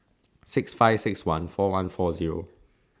six five six one four one four Zero